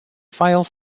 files